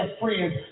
friends